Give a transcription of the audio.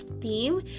theme